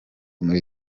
muri